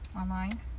online